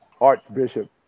Archbishop